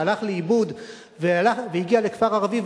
שהלך לאיבוד והגיע לכפר ערבי,